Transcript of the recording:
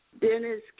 Dennis